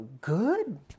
good